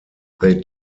they